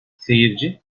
seyirci